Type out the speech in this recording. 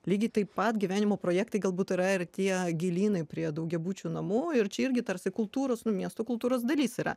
lygiai taip pat gyvenimo projektai galbūt yra ir tie gėlynai prie daugiabučių namų ir čia irgi tarsi kultūros nu miesto kultūros dalis yra